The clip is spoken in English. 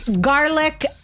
Garlic